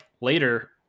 later